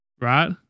right